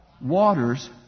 waters